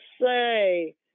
say